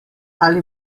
ali